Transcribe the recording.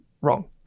Wrong